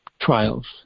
trials